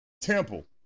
Temple